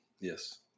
yes